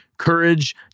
Courage